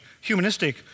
humanistic